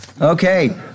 Okay